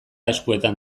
eskuetan